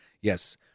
Yes